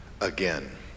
again